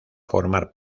formar